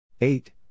Eight